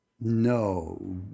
No